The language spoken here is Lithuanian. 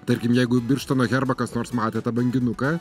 tarkim jeigu birštono herbą kas nors matė tą banginuką